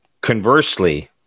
conversely